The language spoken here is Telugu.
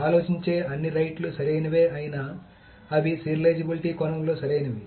ఆలోచించే అన్ని రైట్ లు సరియైనవే అయినా అవి సీరియలైజేబిలిటీ కోణంలో సరైనవి